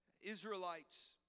Israelites